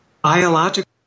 Biological